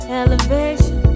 elevation